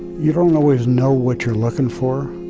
you don't always know what you're looking for,